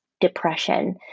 depression